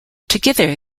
together